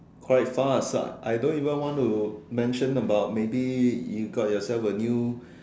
quite far is what I don't even want to mention about maybe you got yourself a new